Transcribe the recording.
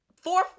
four